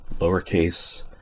lowercase